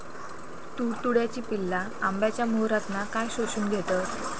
तुडतुड्याची पिल्ला आंब्याच्या मोहरातना काय शोशून घेतत?